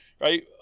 right